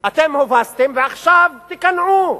אתם הובסתם, ועכשיו תיכנעו,